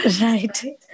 right